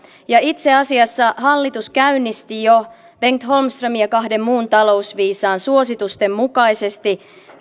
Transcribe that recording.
ja itse asiassa hallitus käynnisti jo bengt holmströmin ja kahden muun talousviisaan suositusten mukaisesti